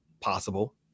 possible